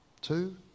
Two